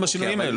האלו.